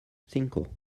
cinco